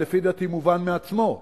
שלפי דעתי מובן מעצמו,